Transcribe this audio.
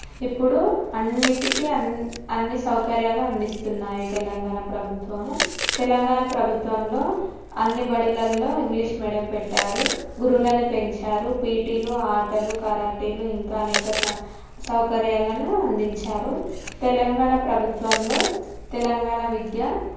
ఇప్పుడు అన్నిటికీ అన్నీ అన్నీ సౌకర్యాలు అందిస్తున్నాయి తెలంగాణ ప్రభుత్వము తెలంగాణా ప్రభుత్వంలో అన్ని బడిలల్లో ఇంగ్లిష్ మీడియం పెట్టారు గురువులని పెంచారు పీటీలు ఆటలు కరాటీలు ఇంకా అనేక సా సౌకర్యాలను అందించారు తెలంగాణ ప్రభుత్వంలో తెలంగాణా విద్య